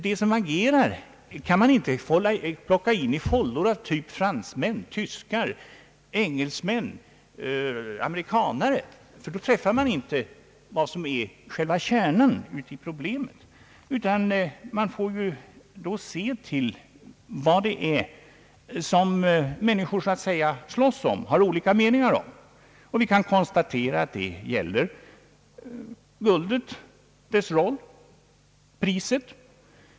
De som agerar kan man inte plocka in i fållor av typ fransmän, tyskar, engelsmän eller amerikanare, ty då träffar man inte själva kärnan i problemet. Man måste veta vad det är människor så att säga slåss om, har olika uppfattningar om. Vi kan konstatera att det t.ex. gäller guldet och dess roll.